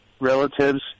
relatives